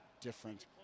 different